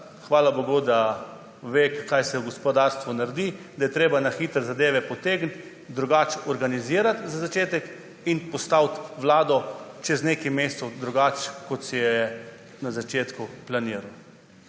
hvala bogu, da ve, kaj se v gospodarstvu naredi, da je treba na hitro zadeve potegniti, drugače organizirati za začetek in postaviti vlado čez nekaj mesecev drugače, kot si jo je na začetku planiral.